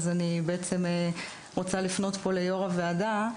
אני רוצה לפנות פה ליושב-ראש הוועדה,